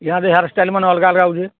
ଇହାଦେ hairstyle ମାନେ ଅଲ୍ଗା ଅଲ୍ଗା ଆଉଛେ